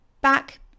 back